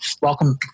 Welcome